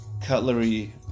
cutlery